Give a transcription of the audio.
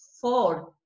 four